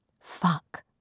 Fuck